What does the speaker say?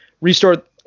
restart